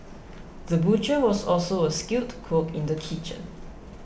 the butcher was also a skilled cook in the kitchen